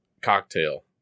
cocktail